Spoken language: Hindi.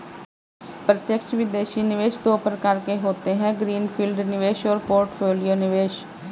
प्रत्यक्ष विदेशी निवेश दो प्रकार के होते है ग्रीन फील्ड निवेश और पोर्टफोलियो निवेश